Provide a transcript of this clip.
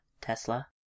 Tesla